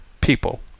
people